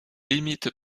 limite